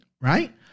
right